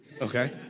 Okay